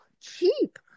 cheap